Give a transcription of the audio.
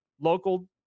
local